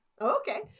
Okay